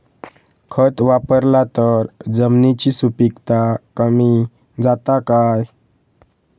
खत वापरला तर जमिनीची सुपीकता कमी जाता काय?